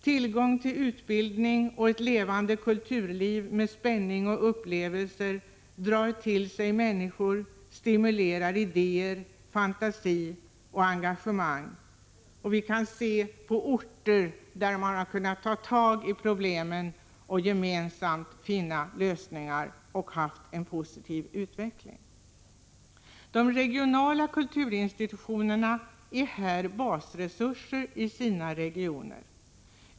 Tillgång till utbildning och ett levande kulturliv med spänning och upplevelser drar till sig människor, stimulerar idéer, fantasi och engagemang. Vi har kunnat se en positiv utveckling på orter där man har kunnat ta tag i problemen och gemensamt finna lösningar. De regionala kulturinstitutionerna är här basresurser i sina regioner.